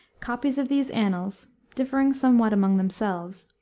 copies of these annals, differing somewhat among themselves,